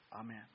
Amen